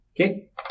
Okay